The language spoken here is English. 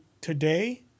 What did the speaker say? today